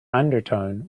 undertone